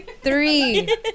three